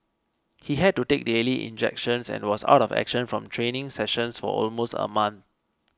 he had to take daily injections and was out of action from training sessions for almost a month